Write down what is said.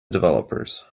developers